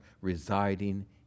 residing